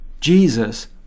Jesus